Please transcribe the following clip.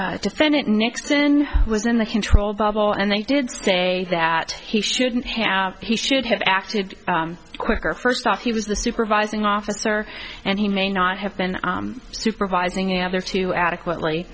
not defendant nixon was in the control bubble and they did say that he shouldn't have he should have acted quicker first off he was the supervising officer and he may not have been supervising other two adequately